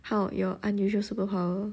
how your unusual superpower